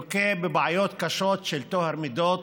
לוקה בבעיות קשות של טוהר מידות,